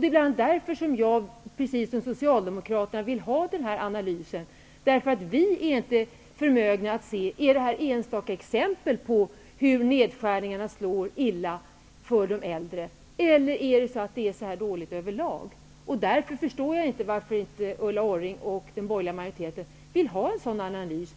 Det är därför som jag, precis som Socialdemokraterna, vill ha den här analysen. Vi är nämligen inte förmögna att se om det här är enstaka exempel på hur illa nedskärningarna slår för de äldre eller om det är en beskrivning på hur dåligt det är över lag. Jag förstår därför inte att Ulla Orring och den borgerliga majoriteten inte vill ha en sådan här analys.